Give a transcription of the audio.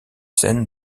scènes